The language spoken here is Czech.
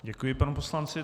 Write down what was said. Děkuji panu poslanci.